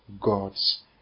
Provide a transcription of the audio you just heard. God's